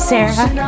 Sarah